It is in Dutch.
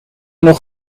nog